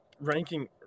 ranking